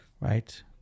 right